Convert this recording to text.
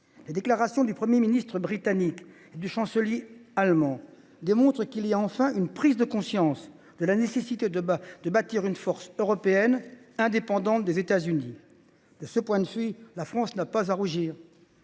Les déclarations du Premier ministre britannique et du chancelier allemand montrent qu’il y a enfin une prise de conscience de la nécessité de bâtir une force européenne indépendante des États Unis. En la matière, la France n’a pas à rougir.